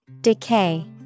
Decay